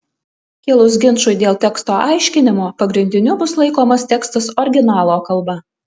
kilus ginčui dėl teksto aiškinimo pagrindiniu bus laikomas tekstas originalo kalba